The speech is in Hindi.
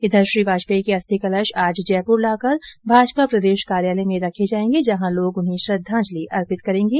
इधर श्री वाजपेयी के अस्थि कलश आज जयपुर लाकर भाजपा प्रदेश कार्यालय में रखे जायेंगे जहां लोग उन्हें श्रद्वांजलि अर्पित करेंगे